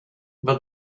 but